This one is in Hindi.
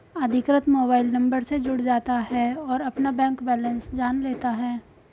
अधिकृत मोबाइल नंबर से जुड़ जाता है और अपना बैंक बेलेंस जान लेता है